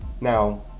Now